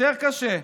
יותר קשה.